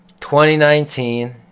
2019